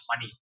money